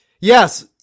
Yes